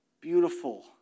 beautiful